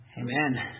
Amen